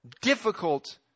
difficult